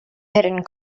hidden